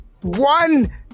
one